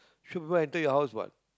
show people enter your house what